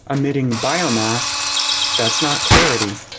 ah omitting biomass that's not clarity.